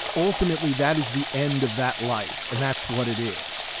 ultimately, that is the end of that life and that's what it is.